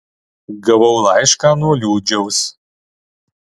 gavau laišką nuo liūdžiaus